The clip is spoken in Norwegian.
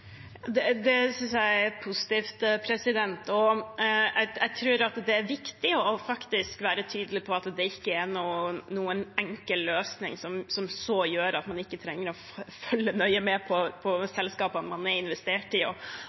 Det synes jeg er positivt, og jeg tror faktisk det er viktig å være tydelig på at det ikke er noen enkel løsning som så gjør at man ikke trenger å følge nøye med på selskapene man har investert i, og